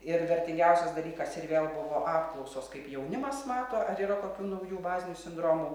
ir vertingiausias dalykas ir vėl buvo apklausos kaip jaunimas mato ar yra kokių naujų bazinių sindromų